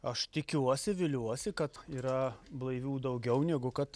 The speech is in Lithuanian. aš tikiuosi viliuosi kad yra blaivių daugiau negu kad